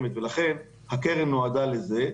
הקרן נועדה לזה,